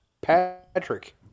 Patrick